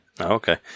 Okay